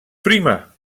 prima